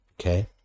Okay